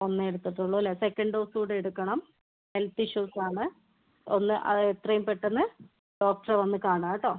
ഒന്നേ എടുത്തിട്ടുള്ളൂല്ലേ second dose കൂടെ എടുക്കണം ഹെൽത്ത് ഇഷ്യൂസ്സാണ് ഒന്ന് അത് എത്രയും പെട്ടന്ന് ഡോക്ടറെ വന്ന് കാണൂ കേട്ടോ